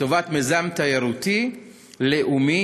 לטובת מיזם תיירותי לאומי,